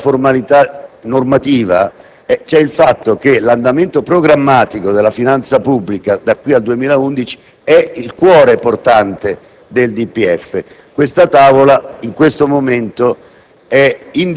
Al di là della formalità normativa, c'è poi il fatto che l'andamento programmatico della finanza pubblica da qui al 2011 è il cuore portante del DPEF. Questa tavola, al momento, è indisponibile